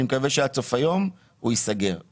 אני מקווה שעד סוף היום הוא ייסגר.